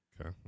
okay